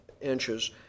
inches